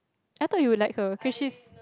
I thought you would like her cause she's